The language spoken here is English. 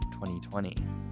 2020